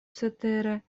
cetere